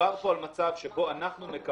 מדובר פה על מצב שבו אנחנו מקבלים